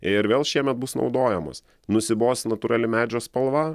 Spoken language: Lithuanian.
ir vėl šiemet bus naudojamos nusibos natūrali medžio spalva